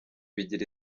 bigira